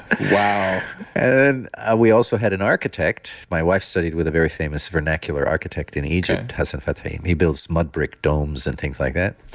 wow and we also had an architect. architect. my wife studied with a very famous vernacular architect in egypt, hassan fathy, he builds mud brick domes and things like that.